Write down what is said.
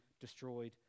destroyed